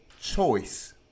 choice